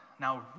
Now